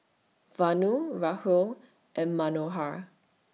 Vanu Rahul and Manohar